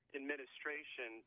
administration